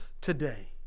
today